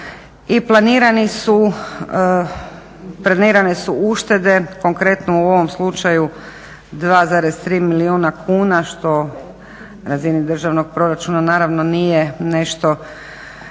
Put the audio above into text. I planirane su uštede konkretno u ovom slučaju 2,3 milijuna kuna što na razini državnog proračuna nije nešto